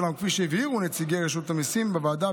אולם כפי שהבהירו נציגי רשות המיסים בוועדה,